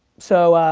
so,